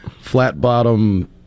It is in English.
Flat-bottom